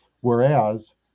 Whereas